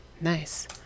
nice